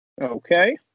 Okay